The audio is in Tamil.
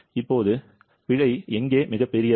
இப்போது பிழை எங்கே மிகப்பெரியது